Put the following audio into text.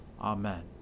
Amen